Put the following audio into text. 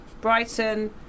Brighton